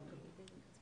אוקיי.